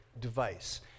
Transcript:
device